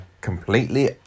completely